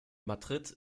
madrid